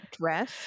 dress